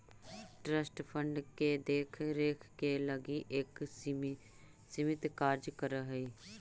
trust fund के देख रेख के लगी एक समिति कार्य कर हई